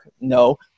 No